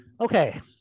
Okay